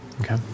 Okay